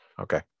okay